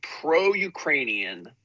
pro-Ukrainian